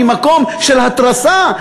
ממקום של התרסה.